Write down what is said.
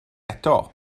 eto